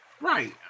Right